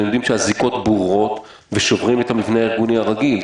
והם יודעים שהזיקות ברורות ושוברים את המבנה הארגוני הרגיל?